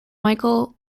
michael